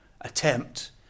attempt